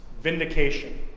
vindication